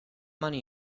money